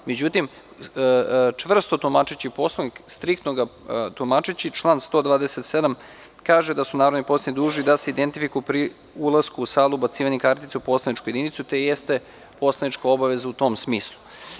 Međutim, čvrsto tumačeći Poslovnik, striktno ga tumačeći, član 127. kaže da su narodni poslanici dužni da se identifikuju pri ulasku u salu ubacivanje kartice u poslaničku jedinicu i to jeste poslanička obaveza u tom smislu.